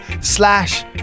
slash